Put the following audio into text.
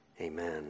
amen